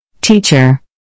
Teacher